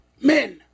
men